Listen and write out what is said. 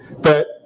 but-